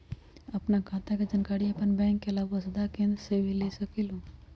आपन खाता के जानकारी आपन बैंक के आलावा वसुधा केन्द्र से भी ले सकेलु?